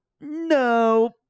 No